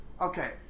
okay